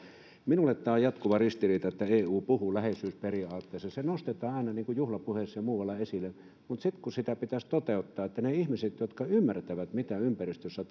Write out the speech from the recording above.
minulle tämä on jatkuva ristiriita että eu puhuu läheisyysperiaatteesta se nostetaan aina juhlapuheissa ja muualla esille mutta sitten kun sitä pitäisi toteuttaa niin niiden ihmisten sanalla jotka ymmärtävät mitä ympäristössä